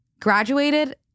graduated